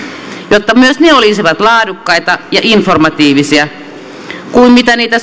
jotta myös ne olisivat laadukkaita ja informatiivisia niin kuin me odotamme niitä